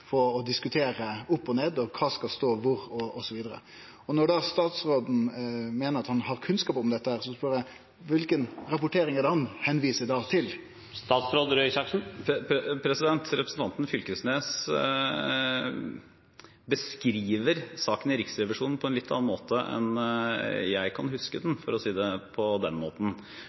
på å diskutere opp og ned, kva skal stå kvar, osv. Når da statsråden meiner at han har kunnskap om dette, spør eg: Kva for rapportering er det da han viser til? Representanten Knag Fylkesnes beskriver saken i Riksrevisjonen på en litt annen måte enn jeg kan huske den, for å si det på den måten.